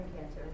cancer